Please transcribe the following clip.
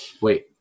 Wait